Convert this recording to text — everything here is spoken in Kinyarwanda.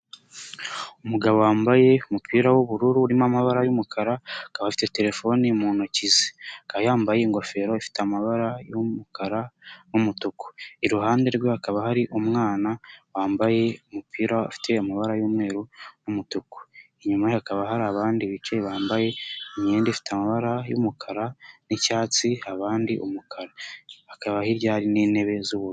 Umugabo wambaye umupira w'ubururu urimo amabara y'umukara, akaba afite terefone mu ntoki ze, akaba yambaye ingofero ifite amabara y'umukara n'umutuku. Iruhande rwe hakaba hari umwana wambaye umupira ufite amabara y'umweru umutuku, inyuma hakaba hari abandi bicaye bambaye imyenda ifite amabara y'umukara n'icyatsi abandi umukara hakaba hirya hari n'intebe z'uburu.